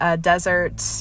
Desert